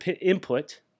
input